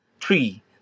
Three